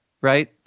right